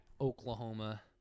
Oklahoma